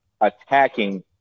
attacking